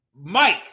Mike